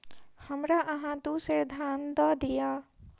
हमरा अहाँ दू सेर धान दअ दिअ